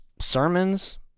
Sermons